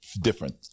different